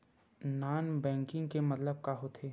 Non banking के मतलब का होथे?